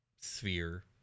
sphere